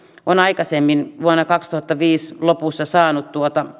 on aikaisemmin vuoden kaksituhattaviisi lopussa saanut